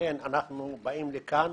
לכן אנחנו באים לכאן,